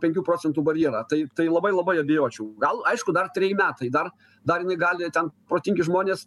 penkių procentų barjerą tai tai labai labai abejočiau gal aišku dar treji metai dar dar jinai gali ten protingi žmonės